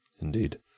Indeed